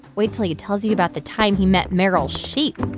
wait until he tells you about the time he met meryl sheep.